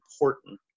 important